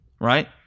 right